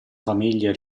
famiglia